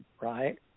right